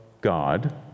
God